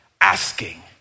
asking